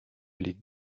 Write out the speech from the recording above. les